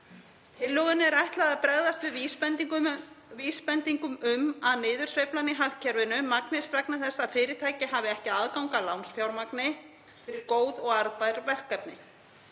Tillögunni er ætlað að bregðast við vísbendingum um að niðursveiflan í hagkerfinu magnist vegna þess að fyrirtæki hafi ekki aðgang að lánsfjármagni fyrir góð og arðbær verkefni,